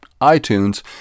iTunes